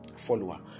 follower